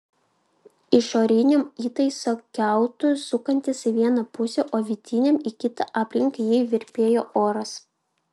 išoriniam įtaiso kiautui sukantis į vieną pusę o vidiniam į kitą aplink jį virpėjo oras